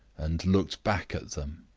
and looked back at them.